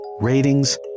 ratings